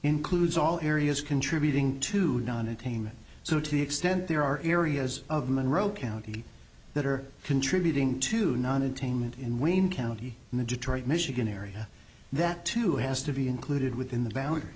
includes all areas contributing to don attainment so to the extent there are areas of monroe county that are contributing to non attainment in wayne county and the detroit michigan area that too has to be included within the boundar